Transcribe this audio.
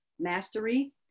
mastery